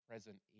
present